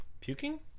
puking